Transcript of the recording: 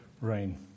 rain